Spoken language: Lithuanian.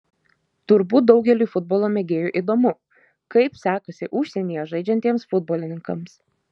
turbūt daugeliui futbolo mėgėjų įdomu kaip sekasi užsienyje žaidžiantiems futbolininkams